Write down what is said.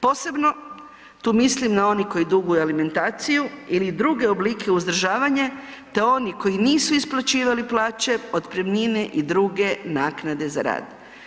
Posebno tu mislim na one koji duguju alimentaciju ili druge oblike uzdržavanja te oni koji nisu isplaćivali plaće, otpremnine i druge naknade za rad.